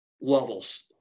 levels